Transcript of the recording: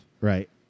Right